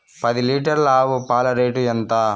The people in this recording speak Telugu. పది లీటర్ల ఆవు పాల రేటు ఎంత?